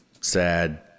sad